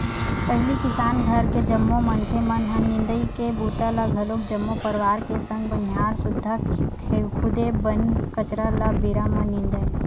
पहिली किसान घर के जम्मो मनखे मन ह निंदई के बूता ल घलोक जम्मो परवार के संग बनिहार सुद्धा खुदे बन कचरा ल बेरा म निंदय